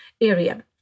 area